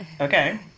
okay